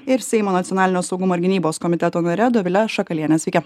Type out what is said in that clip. ir seimo nacionalinio saugumo ir gynybos komiteto nare dovile šakaliene sveiki